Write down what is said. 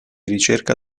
ricerca